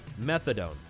methadone